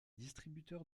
distributeurs